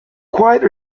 quite